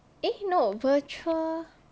eh no virtual